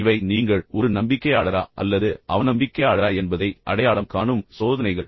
இப்போது இவை நீங்கள் ஒரு நம்பிக்கையாளரா அல்லது அவநம்பிக்கையாளரா என்பதை அடையாளம் காணும் சோதனைகள்